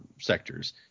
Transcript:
sectors